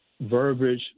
verbiage